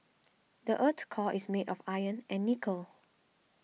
the earth's core is made of iron and nickel